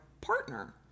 partner